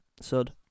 Sud